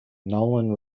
nolan